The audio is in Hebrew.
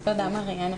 תודה מריאנה.